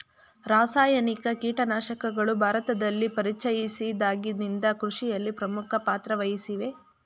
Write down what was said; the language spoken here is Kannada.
ರಾಸಾಯನಿಕ ಕೀಟನಾಶಕಗಳು ಭಾರತದಲ್ಲಿ ಪರಿಚಯಿಸಿದಾಗಿನಿಂದ ಕೃಷಿಯಲ್ಲಿ ಪ್ರಮುಖ ಪಾತ್ರ ವಹಿಸಿವೆ